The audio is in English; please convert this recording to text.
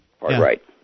Right